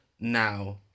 now